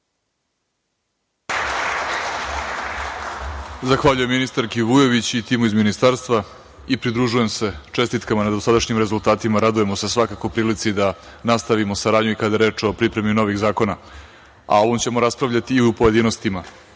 Zahvaljujem ministarki Vujović i timu iz Ministarstva i pridružujem se čestitkama na dosadašnjim rezultatima. Radujemo se svakako prilici da nastavimo saradnju i kada je reč o pripremi novih zakona, a o ovome ćemo raspravljati i u pojedinostima